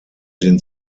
den